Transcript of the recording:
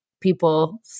people